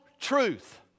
truth